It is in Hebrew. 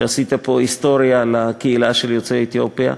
כשעשית פה היסטוריה לקהילה של יוצאי אתיופיה,